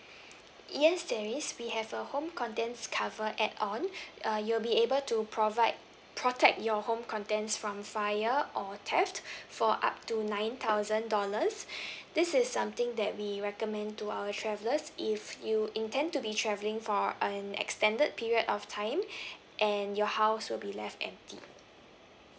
yes there is we have a home contents cover add on uh you'll be able to provide protect your home contents from fire or theft for up to nine thousand dollars this is something that we recommend to our travellers if you intend to be travelling for an extended period of time and your house will be left empty